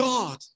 God